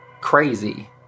crazy